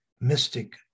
mystic